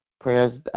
prayers